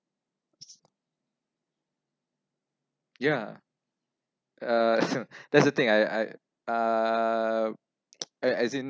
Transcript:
ya uh that's the thing I I uh as as in